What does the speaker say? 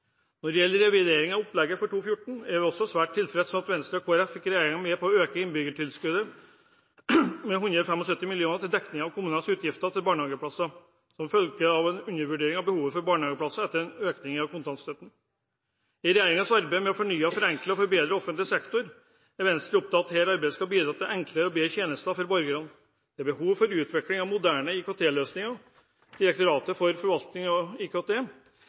Når det gjelder revideringen av opplegget for 2014, er vi også svært tilfreds med at Venstre og Kristelig Folkeparti fikk regjeringen med på å øke innbyggertilskuddet med 175 mill. kr til dekning av kommunenes utgifter til barnehageplasser, som følge av en undervurdering av behovet for barnehageplasser etter økning i kontantstøtten. I regjeringens arbeid med å fornye, forenkle og forbedre offentlig sektor er Venstre opptatt av at dette arbeidet skal bidra til enklere og bedre tjenester for borgerne. Det er behov for utvikling av moderne IKT-løsninger, og Direktoratet for forvaltning og IKT